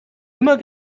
immer